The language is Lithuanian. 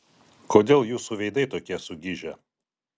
kodėl jūsų veidai tokie sugižę